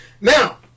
Now